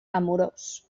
amorós